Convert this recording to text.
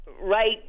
right